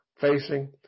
facing